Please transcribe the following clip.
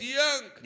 young